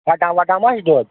پھٹان وَٹان ما چھُ دۄد